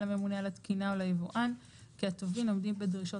לממונה על התקינה או ליבואן כי הטובין עומדים בדרישות